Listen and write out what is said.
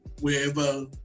wherever